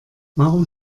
warum